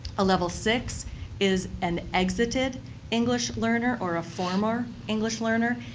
a level six is an exited english learner or a former english learner.